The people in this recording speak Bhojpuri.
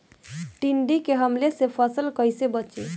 टिड्डी के हमले से फसल कइसे बची?